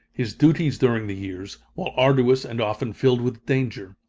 his duties during the years, while arduous and often filled with danger,